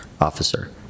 officer